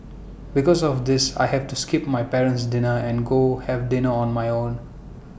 because of this I have to skip my parent's dinner and go have dinner on my own